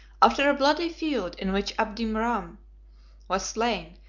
after a bloody field, in which abderame was slain,